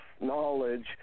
knowledge